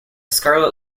scarlet